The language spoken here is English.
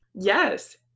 yes